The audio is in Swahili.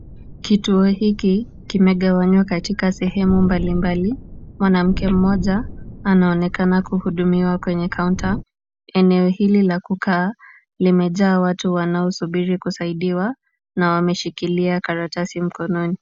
Kituo hiki kimegawanywa katika sehemu mbalimbali. Mwanamke mmoja anaonekana kuhudumiwa kwenye kaunta. Eneo hili la kukaa limejaa watu wanaosubiri kusaidiwa na wameshikilia karatasi mkononi.